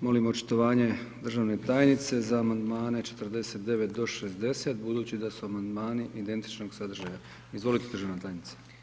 molimo očitovanje državne tajnice za amandmane 49. do 60. budući da su amandmani identičnog sadržaja, izvolite državna tajnice.